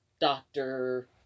doctor